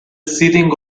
sitting